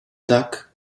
duck